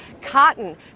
cotton